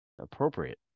Appropriate